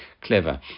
clever